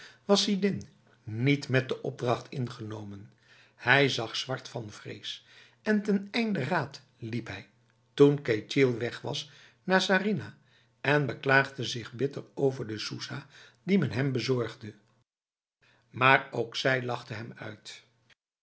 was sidin niet met de opdracht ingenomen hij zag zwart van vrees en ten einde raad liep hij toen ketjil weg was naar sarinah en beklaagde zich bitter over de soesah die men hem bezorgde maar ook zij lachte hem uit